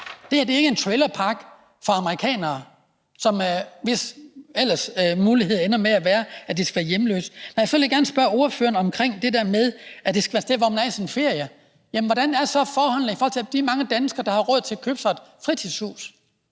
ikke her tale om en trailerpark for amerikanere, for hvem muligheden ellers ender med at være, at de skal være hjemløse. Nej, så vil jeg gerne spørge ordføreren til det der med, at det skal være et sted, hvor man er i sin ferie. Jamen hvordan er det så i forhold til de mange danskere, der har råd til at købe sig et fritidshus?